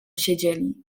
siedzieli